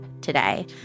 today